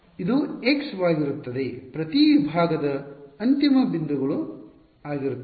ಆದ್ದರಿಂದ ಇದು x ವಾಗಿರುತ್ತದೆ ಪ್ರತಿ ವಿಭಾಗದ ಅಂತಿಮ ಬಿಂದುಗಳು ವಾಗಿರುತ್ತವೆ